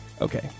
Okay